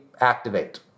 activate